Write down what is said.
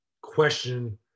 question